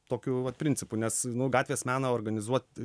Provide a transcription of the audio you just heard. tokiu vat principu nes nu gatvės meną organizuoti